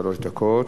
שלוש דקות,